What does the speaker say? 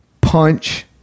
punch